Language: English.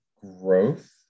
growth